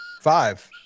Five